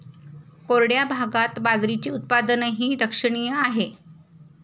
कोरड्या भागात बाजरीचे उत्पादनही लक्षणीय आहे